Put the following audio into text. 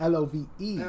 Love